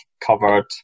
covered